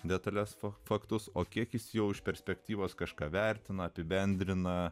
detales faktus o kiek jis jau už perspektyvas kažką vertina apibendrina